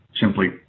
simply